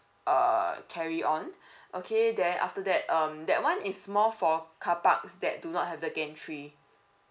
uh carry on okay then after that um that one is more for carparks that do not have the gantry